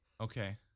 Okay